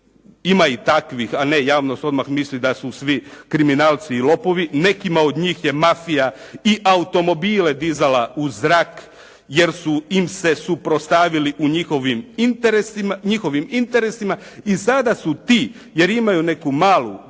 Ima i takvih, a ne javnost odmah misli da su svi kriminalci i lopovi. Nekima od njih je mafija i automobile dizala u zrak jer su im se suprotstavili u njihovim interesima i sada su ti, jer imaju neku malu,